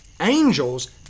angels